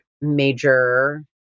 major